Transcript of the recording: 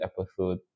episode